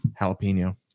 jalapeno